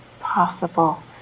possible